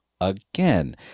Again